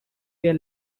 their